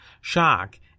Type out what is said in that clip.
shock